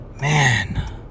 Man